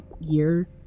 year